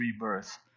rebirth